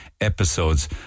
episodes